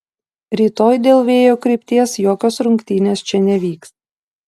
rytoj dėl vėjo krypties jokios rungtynės čia nevyks